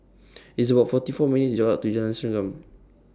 It's about forty four minutes' Walk to Jalan Serengam